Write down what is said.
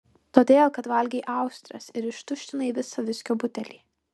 todėl kad valgei austres ir ištuštinai visą viskio butelį